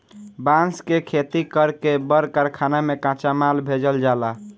बांस के खेती कर के बड़ कारखाना में कच्चा माल भेजल जाला